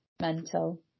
mental